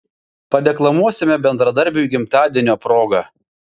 padeklamuosime bendradarbiui gimtadienio proga